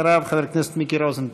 אחריו, חבר הכנסת מיקי רוזנטל.